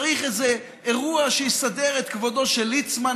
צריך איזה אירוע שיסדר את כבודו של ליצמן,